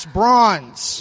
bronze